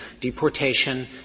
deportation